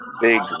big